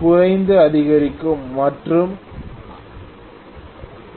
குறைந்து அதிகரிக்கும் மற்றும் அதிகரிக்கும் மற்றும் ஒரு குறிப்பிட்ட மதிப்பில் குடியேறும்